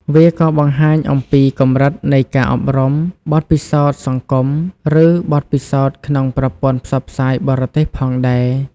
វាក៏បង្ហាញអំពីកម្រិតនៃការអប់រំ បទពិសោធន៍សង្គម ឬបទពិសោធន៍ក្នុងប្រព័ន្ធផ្សព្វផ្សាយបរទេសផងដែរ។